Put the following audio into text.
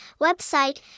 website